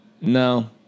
No